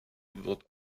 wird